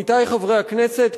עמיתי חברי הכנסת,